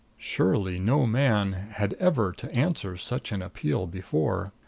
surely no man had ever to answer such an appeal before.